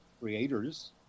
creators